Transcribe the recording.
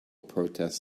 protest